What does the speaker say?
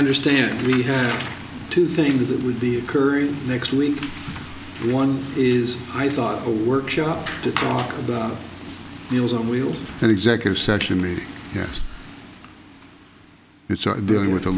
understand we had two things it would be occurring next week one is i thought a workshop to talk about deals on wheels and executive session me yes it's a building with a